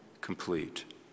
complete